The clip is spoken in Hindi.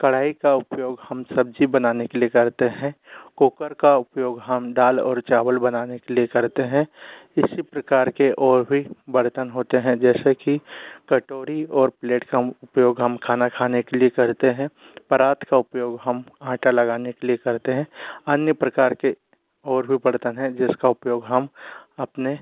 कढ़ाई का उपयोग हम सब्ज़ी बनाने के लिए करते हैं कुकर का उपयोग हम दाल और चावल बनाने के लिए करते हैं इसी प्रकार के और भी बर्तन होते हैं जैसे कि कटोरी और प्लेट का उपयोग हम खाना खाने के लिए करते हैं परात का उपयोग हम आटा लगाने के लिए करते हैं अन्य प्रकार के और भी बर्तन है जिसका उपयोग हम अपने